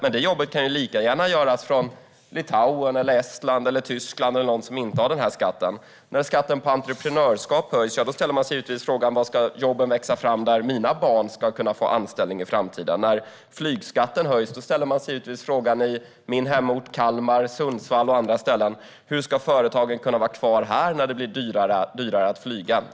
Men det jobbet kan ju lika gärna göras från Litauen, Estland eller Tyskland, som inte har denna skatt. När skatten på entreprenörskap höjs ställer man sig givetvis frågan var de jobb ska växa fram där de egna barnen ska kunna få anställning i framtiden. När flygskatten höjs ställer man sig i min hemort Kalmar, i Sundsvall och på andra ställen frågan hur företagen ska kunna vara kvar när det blir dyrare att flyga.